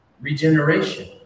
regeneration